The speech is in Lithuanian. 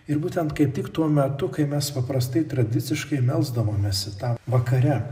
ir būtent kaip tik tuo metu kai mes paprastai tradiciškai melsdavomės į tą vakare